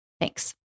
Thanks